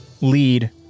lead